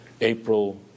April